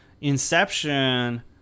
Inception